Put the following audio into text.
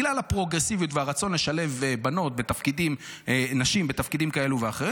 והרצון לשלב נשים בתפקידים כאלה ואחרים,